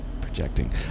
projecting